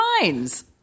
minds